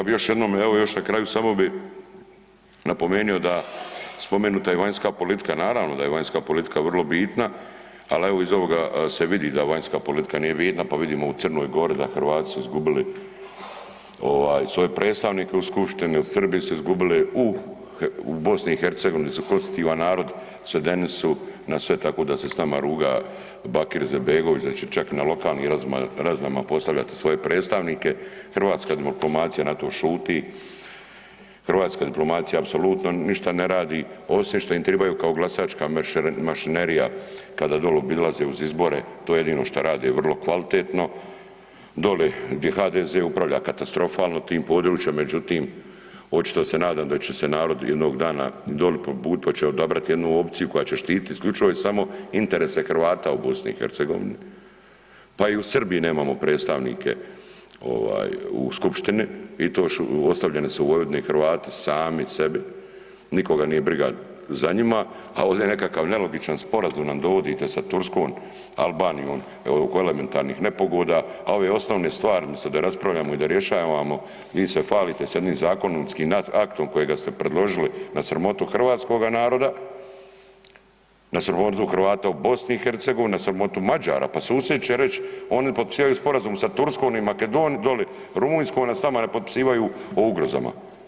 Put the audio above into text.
Ja bi još jednom, evo još na kraju, samo bi napomenuo da spomenuta je vanjska politika, naravno da je vanjska politika vrlo bitna ali evo iz ovoga se vidi da vanjska politika nije bitna pa vidimo u C. Gori da Hrvati su izgubili svoje predstavnike u skupštini, u Srbiji su izgubili, u BiH-u su konstitutivan narod, svedeni su na sve tako da se s nama ruga Bakir Izetbegović, da će čak na lokalnim razinama postavljati svoje predstavnike, hrvatska diplomacija na to šuti, hrvatska diplomacija apsolutno ništa ne radi osim šta im trebaju kao glasačka mašinerija kada dole obilaze uz izbore, to je jedino šta rade vrlo kvalitetno, doli gdje HDZ upravlja katastrofalno tim područjem međutim očito se nadam da će se narod jednog dana doli pobunit pa će odabrat jednu opciju koja će štititi isključivo i samo interese Hrvata u BiH-u, pa i u Srbiji nemamo predstavnike u skupštini, i to ostavljeni su u Vojvodini Hrvati sami sebi, nikoga nije briga za njima, a ovdje je nekakav nelogičan sporazum nam dovodite sa Turskom, Albanijom oko elementarnih nepogoda a ove osnovne stvari umjesto da raspravljamo i da rješavamo, vi se hvalite sa jednim zakonskim aktom kojega ste predložili na sramotu hrvatskoga naroda, na sramotu Hrvata u BiH-u, na sramotu Mađara, pa susjedi će reć oni potpisivaju sporazum sa Turskom, doli Rumunjskom a s nama ne potpisivaju o ugrozama.